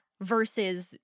versus